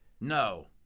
No